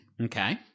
Okay